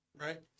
Right